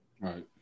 Right